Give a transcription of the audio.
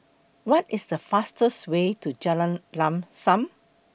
What IS The fastest Way to Jalan Lam SAM